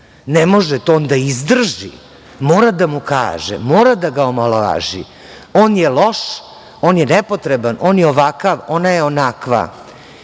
Ne može to on da izdrži, mora da mu kaže, mora da ga omalovaži, on je loš, on je nepotreban, on je ovakav, ona je onakva